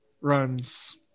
runs